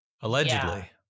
Allegedly